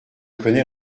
connais